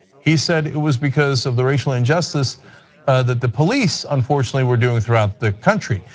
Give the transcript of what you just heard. he said it was because of the racial injustice that the police unfortunately were doing throughout the country.